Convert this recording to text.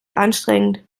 anstrengend